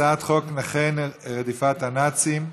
הצעת חוק נכי רדיפת הנאצים (תיקון,